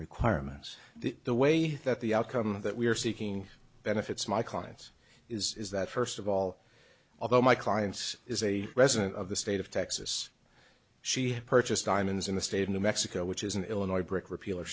requirements the way that the outcome that we are seeking benefits my clients is that first of all although my clients is a resident of the state of texas she has purchased diamonds in the state of new mexico which is an illinois brick repeal or